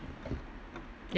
ya